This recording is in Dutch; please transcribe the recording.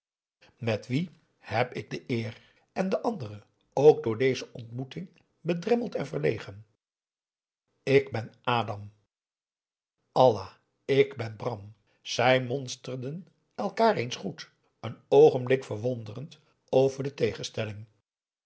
met wien heb ik de eer en de andere ook door deze ontmoeting bedremmeld en verlegen ik ben adam allah ik ben bram zij monsterden elkaar eens goed een oogenblik verwonderd over de tegenstelling